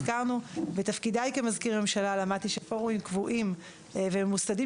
בתפקידיי כמזכיר הממשלה למדתי שפורומים קבועים וממוסדים